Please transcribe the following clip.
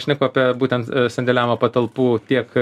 šneku apie būtent sandėliavimo patalpų tiek